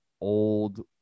old